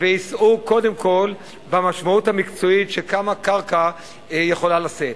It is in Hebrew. ויישאו קודם כול במשמעות המקצועית של כמה קרקע יכולה לשאת.